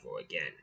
again